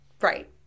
right